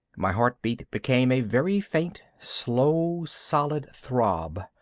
my heartbeat became a very faint, slow, solid throb.